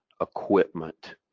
equipment